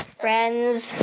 Friends